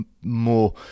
more